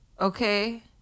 Okay